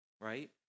right